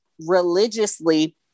religiously